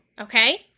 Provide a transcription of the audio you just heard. okay